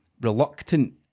reluctant